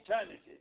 eternity